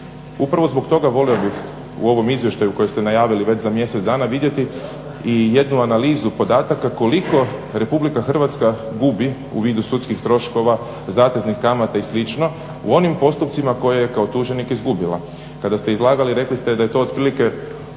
Upravo zbog toga volio bih u ovom izvještaju koji ste najavili već za mjesec dana vidjeti i jednu analizu podataka koliko Republika Hrvatska gubi u vidu sudskih troškova, zateznih kamata i slično u onim postupcima koje je kao tuženik izgubila. Kada ste izlagali rekli ste da je to otprilike